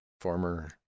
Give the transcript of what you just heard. former